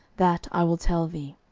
that i will tell thee.